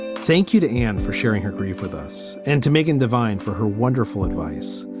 thank you to anne for sharing her grief with us and to megan devine for her wonderful advice.